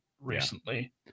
recently